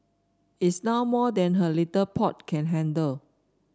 it's now more than her little pot can handle